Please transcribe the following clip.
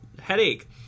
headache